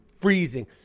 freezing